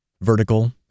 vertical